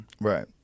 Right